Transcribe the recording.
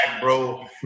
bro